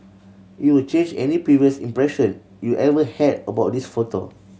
it will change any previous impression you ever had about this photo